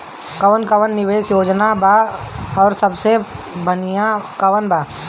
कवन कवन निवेस योजना बा और सबसे बनिहा कवन बा?